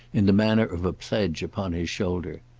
in the manner of a pledge, upon his shoulder.